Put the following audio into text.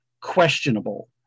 questionable